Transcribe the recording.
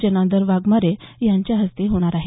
जनार्दन वाघमारे यांच्या हस्ते आज होणार आहे